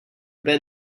bed